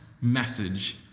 message